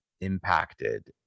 impacted